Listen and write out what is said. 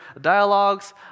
dialogues